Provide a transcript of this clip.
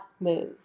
move